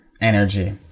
energy